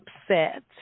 upset